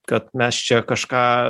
kad mes čia kažką